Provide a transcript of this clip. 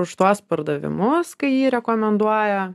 už tuos pardavimus kai jį rekomenduoja